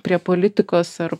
prie politikos ar